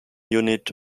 unit